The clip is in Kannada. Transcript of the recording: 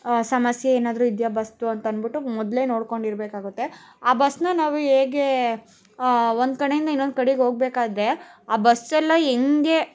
ಸಮಸ್ಯೆ ಏನಾದರೂ ಇದೆಯಾ ಬಸ್ದು ಅಂತ ಅಂದುಬಿಟ್ಟು ಮೊದಲೇ ನೋಡ್ಕೊಂಡಿರ್ಬೇಕಾಗುತ್ತೆ ಆ ಬಸ್ಸನ್ನ ನಾವು ಹೇಗೆ ಒಂದು ಕಡೆಯಿಂದ ಇನ್ನೊಂದು ಕಡೆಗೆ ಹೋಗಬೇಕಾದ್ರೆ ಆ ಬಸ್ಸೆಲ್ಲ ಹೇಗೆ